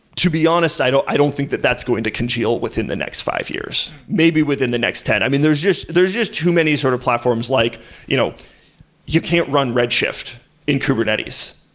to be honest, i don't i don't think that that's going to congeal within the next five years, maybe within the next ten. i mean, there's just there's just too many sort of platforms, like you know you can't run red shift in kubernetes.